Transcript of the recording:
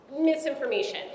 Misinformation